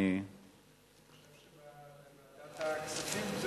אני, אני חושב שוועדת הכספים.